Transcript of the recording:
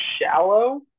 shallow